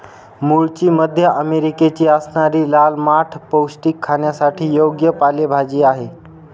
मूळची मध्य अमेरिकेची असणारी लाल माठ पौष्टिक, खाण्यासाठी योग्य पालेभाजी आहे